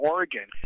Oregon